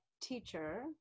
teacher